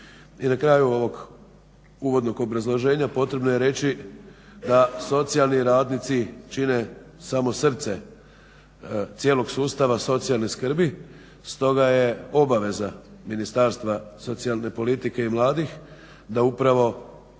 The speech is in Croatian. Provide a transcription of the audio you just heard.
I na kraju ovog uvodnog obrazloženja potrebno je reći da socijalni radnici čine samo srce cijelog sustava socijalne skrbi, stoga je obaveza Ministarstva socijalne politike i mladih da upravo